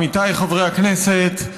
עמיתיי חברי הכנסת,